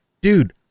dude